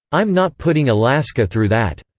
i'm not putting alaska through that.